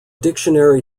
dictionary